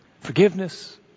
forgiveness